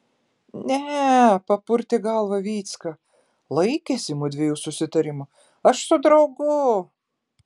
ne e papurtė galvą vycka laikėsi mudviejų susitarimo aš su draugu